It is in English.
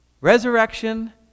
Resurrection